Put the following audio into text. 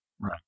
Right